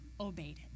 obeyed